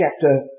chapter